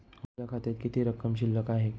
माझ्या खात्यात किती रक्कम शिल्लक आहे?